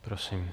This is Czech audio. Prosím.